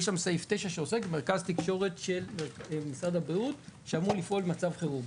יש סעיף 9 שעוסק במרכז תקשורת של משרד הבריאות שאמור לפעול במצב חירום.